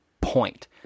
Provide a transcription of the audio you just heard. point